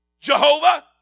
Jehovah